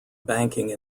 banking